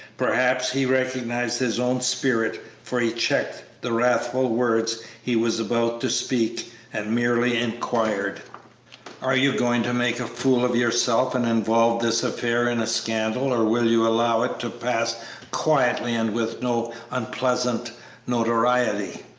perhaps he recognized his own spirit, for he checked the wrathful words he was about to speak and merely inquired are you going to make a fool of yourself and involve this affair in a scandal, or will you allow it to pass quietly and with no unpleasant notoriety?